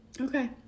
Okay